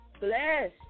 bless